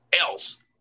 else